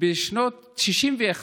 משנת 1961,